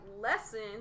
lesson